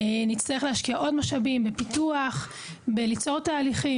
ונצטרך להשקיע עוד משאבים בפיתוח וביצירת תהליכים.